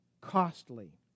costly